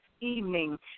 evening